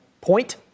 point